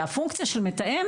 הפונקציה של מתאם